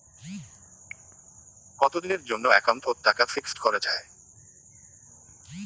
কতদিনের জন্যে একাউন্ট ওত টাকা ফিক্সড করা যায়?